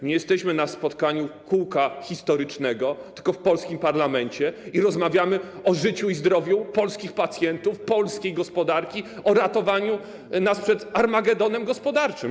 Nie jesteśmy na spotkaniu kółka historycznego, tylko w polskim parlamencie, i rozmawiamy o życiu i zdrowiu polskich pacjentów, polskiej gospodarki, o ratowaniu nas przed armagedonem gospodarczym.